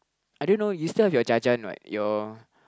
I don't know you still have your jajan what your